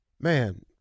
man